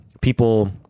People